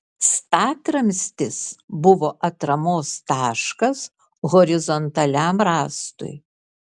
statramstis buvo atramos taškas horizontaliam rąstui